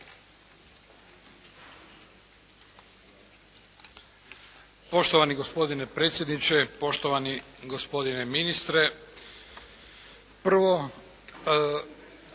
Poštovani gospodine predsjedniče, poštovani gospodine ministre. Prvo